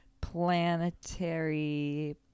Planetary